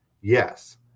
Yes